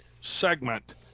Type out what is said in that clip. segment